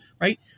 right